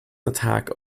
attack